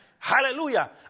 Hallelujah